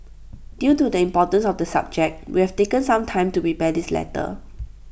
due to the importance of the subject we have taken some time to prepare this letter